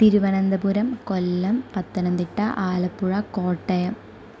Thiruvananthapuram Kollam Pathanamthitta Alappuzha Kottayam